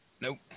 Nope